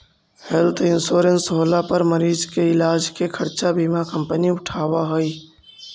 health insurance होला पर मरीज के इलाज के खर्चा बीमा कंपनी उठावऽ हई